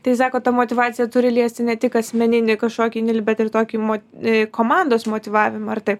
tai sakot ta motyvacija turi liesti ne tik asmeninį kažkokį indėlį bet ir tokį mot komandos motyvavimą ar taip